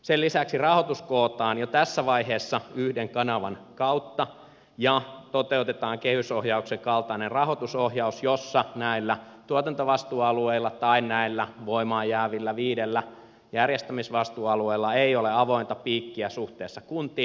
sen lisäksi rahoitus kootaan jo tässä vaiheessa yhden kanavan kautta ja toteutetaan kehysohjauksen kaltainen rahoitusohjaus jossa näillä tuotantovastuualueilla tai näillä voimaan jäävillä viidellä järjestämisvastuualueella ei ole avointa piikkiä suhteessa kuntiin